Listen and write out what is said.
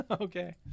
Okay